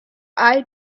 eye